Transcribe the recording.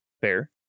fair